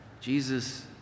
Jesus